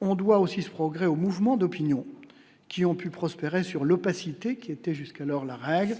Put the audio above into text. on doit aussi s'progrès au mouvement d'opinion qui ont pu prospérer sur l'opacité qui était jusqu'alors la règle,